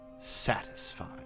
satisfied